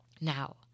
Now